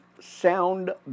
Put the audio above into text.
sound